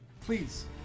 please